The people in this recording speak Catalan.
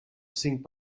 cinc